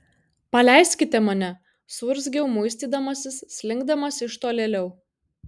paleiskite mane suurzgiau muistydamasis slinkdamas iš tolėliau